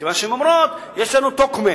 מכיוון שהן אומרות: יש לנו "טוקמן".